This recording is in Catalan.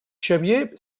xavier